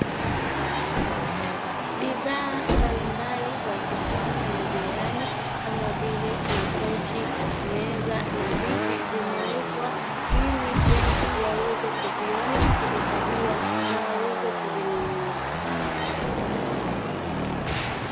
Bidhaa mbalimbali za maofisini na majumbani kama vile makochi, meza na viti vimewekwa ili watu waweze kuviona na kuvikagua, na waweze kuvinunua.